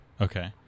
Okay